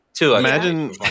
Imagine